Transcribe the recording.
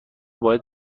باید